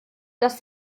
dass